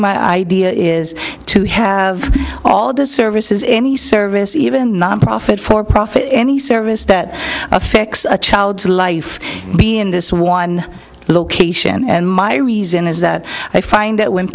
my idea is to have all the services any service even nonprofit for profit any service that affects a child's life be in this one location and my reason is that i find that when